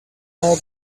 all